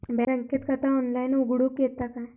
बँकेत खाता ऑनलाइन उघडूक येता काय?